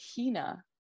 Hina